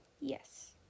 Yes